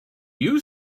you